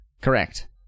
Correct